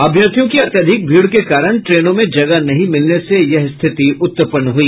अभ्यर्थियों की अत्यधिक भीड़ के कारण ट्रेनों में जगह नहीं मिलने से यह स्थिति उत्पन्न हुई